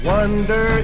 Wonder